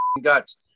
guts